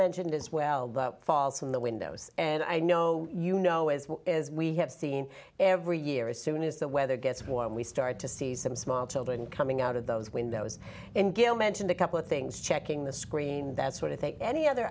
mentioned as well that falls from the windows and i know you know as we have seen every year as soon as the weather gets warm we start to see some small children coming out of those windows and gail mentioned a couple of things checking the screen that sort of thing any other